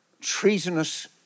treasonous